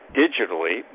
digitally